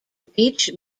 beach